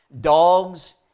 dogs